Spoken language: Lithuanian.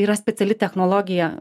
yra speciali technologija